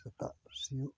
ᱥᱮᱛᱟᱜ ᱥᱤᱭᱳᱜ